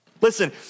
Listen